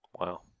Wow